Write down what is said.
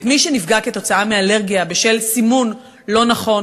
את מי שנפגע מאלרגיה בשל סימון לא נכון